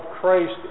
Christ